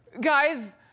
guys